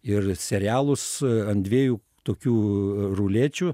ir serialus ant dviejų tokių rulečių